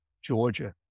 Georgia